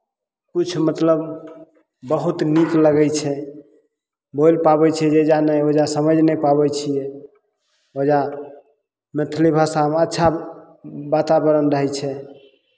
किछु मतलब बहुत नीक लगै छै बोल पाबै छियै जे एजा नहि ओजऽ समझि नहि पाबै छियै ओजऽ मैथिली भाषामे अच्छा वातावरण रहै छै